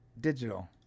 digital